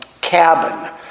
cabin